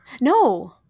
No